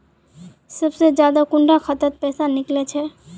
सबसे ज्यादा कुंडा खाता त पैसा निकले छे?